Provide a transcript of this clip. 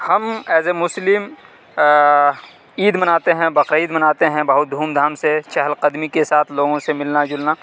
ہم as a مسلم عید مناتے ہیں بقرعید مناتے ہیں بہت دھوم دھام سے چہل قدمی کے ساتھ لوگوں سے ملنا جلنا